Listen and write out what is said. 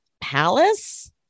Palace